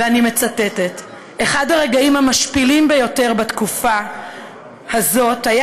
ואני מצטטת: אחד הרגעים המשפילים ביותר בתקופה הזאת היה